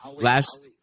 Last